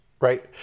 right